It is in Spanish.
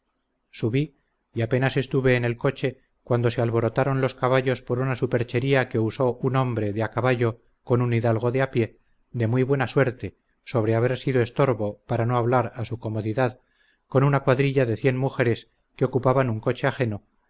subí y apenas estuve en el coche cuando se alborotaron los caballos por una superchería que usó un hombre de a caballo con un hidalgo de a pie de muy buena suerte sobre haber sido estorbo para no hablar a su comodidad con una cuadrilla de cien mujeres que ocupaban un coche ajeno